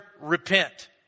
repent